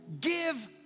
give